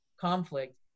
conflict